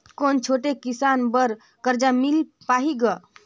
कौन छोटे किसान बर कर्जा मिल पाही ग?